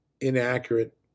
inaccurate